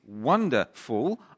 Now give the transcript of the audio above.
wonderful